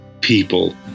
people